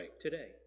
today